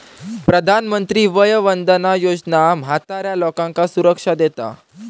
प्रधानमंत्री वय वंदना योजना म्हाताऱ्या लोकांका सुरक्षा देता